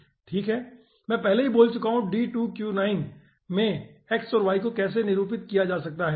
ठीक है मैं पहले ही बोल चुका हूं कि D2Q9 में x और y को कैसे निरूपित किया जा सकता है